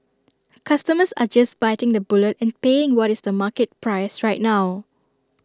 customers are just biting the bullet and paying what is the market price right now